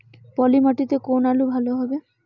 পলি মাটিতে কোন আলু ভালো হবে?